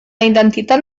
identitat